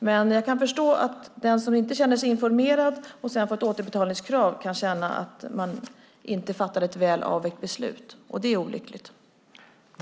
Jag kan dock förstå att den som inte känner sig informerad och sedan får ett återbetalningskrav kan känna att man inte har fattat ett väl avvägt beslut, och det är olyckligt.